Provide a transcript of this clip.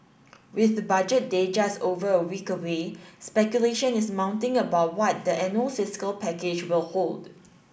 with the Budget Day just over a week away speculation is mounting about what the annual fiscal package will hold